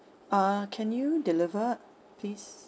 uh can you deliver please